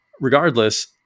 regardless